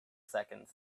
seconds